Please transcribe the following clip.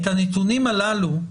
את הנתונים הללו,